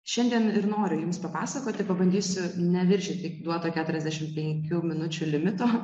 šiandien ir noriu jums papasakoti pabandysiu neviršyti duoto keturiasdešimt penkių minučių limito